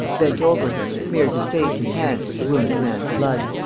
bent over him and smeared his face and hands with the wounded man's blood.